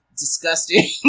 disgusting